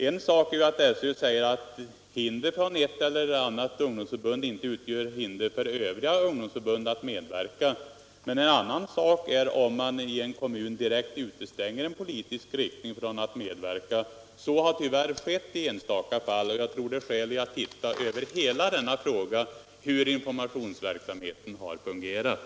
En sak är att SÖ säger att hinder för ett eller flera ungdomsförbund inte utgör hinder för övriga ungdomsförbund att medverka, men en annan sak är om man i en kommun direkt utestänger en politisk riktning från att medverka. Så har tyvärr skett i enstaka fall, och jag tror det är skäl i att se på hela denna fråga om hur informationsverksamheten har fungerat.